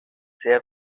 sehr